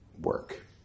work